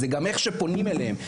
גם כיצד פונים אליהן,